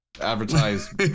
advertise